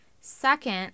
Second